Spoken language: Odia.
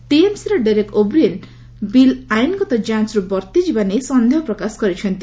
ଟିଏମସିର ଡେରେକ ଓ'ବ୍ରିଏନ୍ ବିଲ୍ ଆଇନଗତ ଯାଞ୍ଚରୁ ବର୍ତ୍ତି ଯିବା ନେଇ ନ୍ଦହ ପ୍ରକାଶ କରିଛନ୍ତି